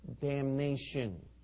damnation